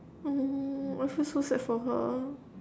oh I feel so sad for her